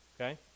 okay